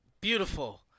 Beautiful